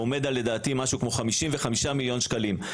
הוא עומד לדעתי על משהו כמו 55 מיליון שקלים.